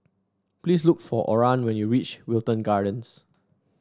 please look for Oran when you reach Wilton Gardens